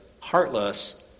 heartless